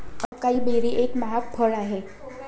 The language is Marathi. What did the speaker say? अकाई बेरी एक महाग फळ आहे